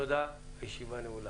אני מודה לכם, הישיבה נעולה.